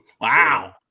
Wow